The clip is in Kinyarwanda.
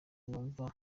numva